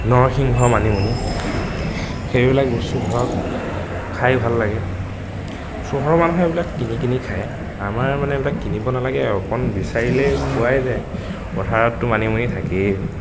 নৰসিংহ মানিমুনি সেইবিলাক বস্তু ধৰক খাই ভাল লাগে চহৰৰ মানুহে এইবিলাক কিনি কিনি খায় আমাৰ মানুহে এইবিলাক কিনিব নালাগে আৰু অকণ বিচাৰিলেই পোৱাই যায় পথাৰতটো মানিমুনি থাকেই